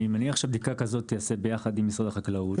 אני מניח שבדיקה כזאת תיעשה ביחד עם משרד החקלאות.